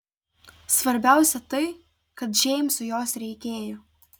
svarbiausia tai kad džeimsui jos reikėjo